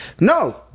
No